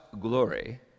glory